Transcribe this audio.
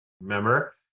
remember